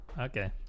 Okay